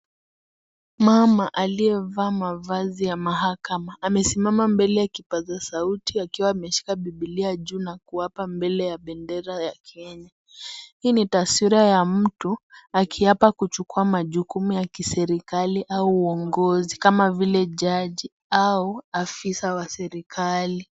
Mama aliyevaa mavazi ya mahakama amesimama mbele ya kipasa sauti akiwa ameshika bibilia juu na kuapa mbele ya bendera ya Kenya. Hii ni taswira ya mtu akiapa kuchukua machugumu ya kiserikali au uongozi kama vile jaji au afisa wa serikali.